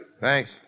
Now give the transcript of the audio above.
Thanks